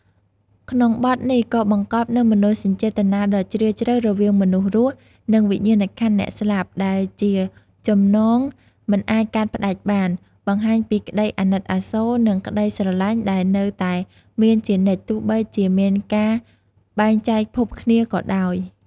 ក្នុងបទនេះក៏បង្កប់នូវ មនោសញ្ចេតនាដ៏ជ្រាលជ្រៅ រវាងមនុស្សរស់ និងវិញ្ញាណក្ខន្ធអ្នកស្លាប់ ដែលជាចំណងមិនអាចកាត់ផ្តាច់បាន បង្ហាញពីក្តីអាណិតអាសូរ និងក្តីស្រឡាញ់ដែលនៅតែមានជានិច្ច ទោះបីជាមានការបែកចែកភពគ្នាក៏ដោយ។